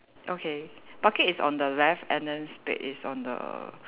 okay bucket is on the left and then spade is on the